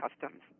customs